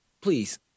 please